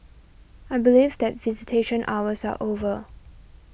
I believe that visitation hours are over